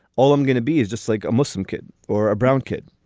all i'm gonna be is just like a muslim kid or a brown kid